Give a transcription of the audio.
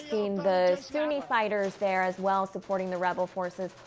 seen the sunni fighters there as well supporting the rebel forces.